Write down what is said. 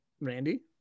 Randy